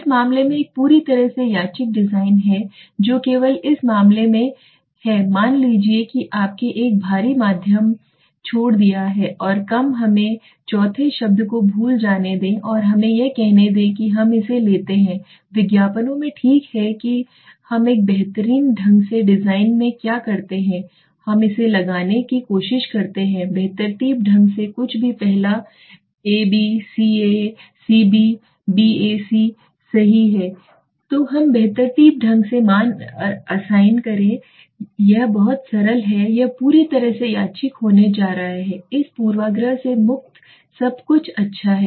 इस मामले में एक पूरी तरह से यादृच्छिक डिजाइन है जो केवल इस मामले में है मान लीजिए कि आपने एक भारी माध्यम छोड़ दिया है और कम हमें चौथे शब्द को भूल जाने दें और हमें यह कहने दें कि हम इसे लेते हैं विज्ञापनों में ठीक है कि हम एक बेतरतीब ढंग से डिजाइन में क्या करते हैं हम इसे लगाने की कोशिश करते हैं बेतरतीब ढंग से कुछ भी पहला abcacbbac सही है तो हम बेतरतीब ढंग से मान असाइन करें यह बहुत सरल है यह पूरी तरह से यादृच्छिक होने जा रहा इस पूर्वाग्रह से मुक्त सब कुछ अच्छा है